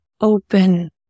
open